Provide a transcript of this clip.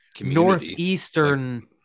Northeastern